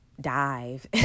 dive